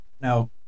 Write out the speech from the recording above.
Now